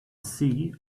sea